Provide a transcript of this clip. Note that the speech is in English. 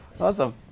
Awesome